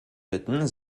bitten